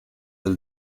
del